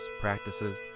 practices